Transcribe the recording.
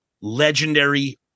Legendary